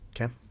Okay